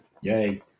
yay